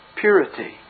purity